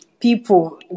people